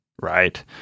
right